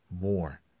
more